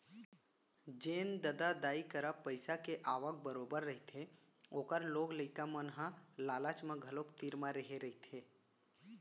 जेन ददा दाई करा पइसा के आवक बरोबर रहिथे ओखर लोग लइका मन ह लालच म घलोक तीर म रेहे रहिथे